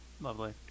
lovely